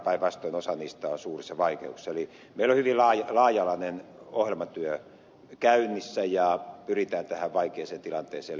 päinvastoin osa siitä on suurissa vaikeuksissa eli meillä on hyvin laaja alainen ohjelmatyö käynnissä ja yritetään vaikeisiin tilanteisiin